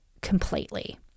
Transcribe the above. completely